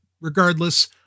regardless